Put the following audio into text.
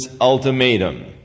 ultimatum